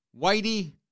Whitey